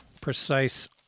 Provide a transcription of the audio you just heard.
precise